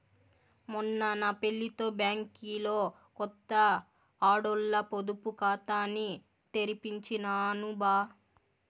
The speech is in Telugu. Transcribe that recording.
మొన్న నా పెళ్లితో బ్యాంకిలో కొత్త ఆడోల్ల పొదుపు కాతాని తెరిపించినాను బా